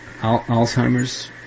Alzheimer's